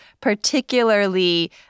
particularly